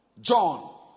John